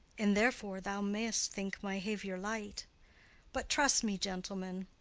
and therefore thou mayst think my haviour light but trust me, gentleman,